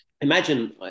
imagine